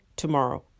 Tomorrow